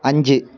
അഞ്ച്